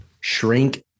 shrink